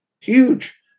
Huge